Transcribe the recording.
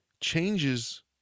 changes